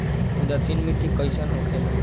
उदासीन मिट्टी कईसन होखेला?